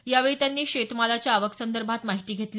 यावेळी त्यांनी शेतमालाच्या आवकसंदर्भात माहिती घेतली